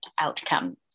outcome